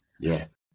Yes